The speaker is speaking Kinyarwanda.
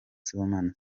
sibomana